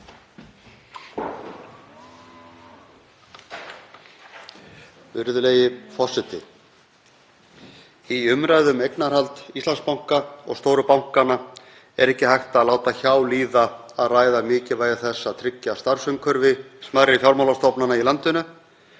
Virðulegi forseti. Í umræðu um eignarhald í Íslandsbanka og stóru bankana er ekki hægt að láta hjá líða að ræða mikilvægi þess að tryggja starfsumhverfi smærri fjármálastofnana í landinu